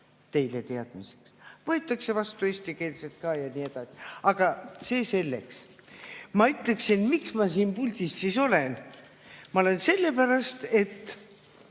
teile teadmiseks –, võetakse vastu ka eestikeelset ja nii edasi. Aga see selleks. Ma ütlen, miks ma siin puldis olen. Ma olen siin sellepärast, et